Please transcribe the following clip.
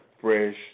fresh